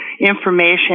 information